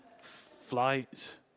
flights